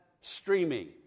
streaming